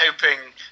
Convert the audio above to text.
hoping